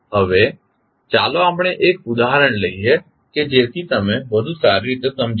હવે ચાલો આપણે એક ઉદાહરણ લઈએ કે જેથી તમે વધુ સારી રીતે સમજી શકો